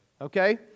Okay